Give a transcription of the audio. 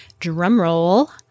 drumroll